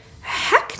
heck